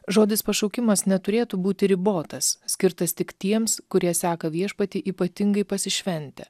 žodis pašaukimas neturėtų būti ribotas skirtas tik tiems kurie seka viešpatį ypatingai pasišventę